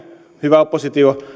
hyvä oppositio